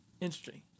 Interesting